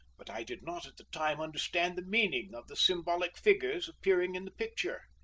but i did not at the time understand the meaning of the symbolic figures appearing in the picture.